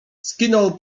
skinął